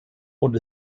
und